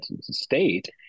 state